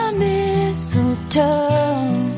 mistletoe